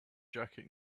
jacket